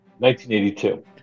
1982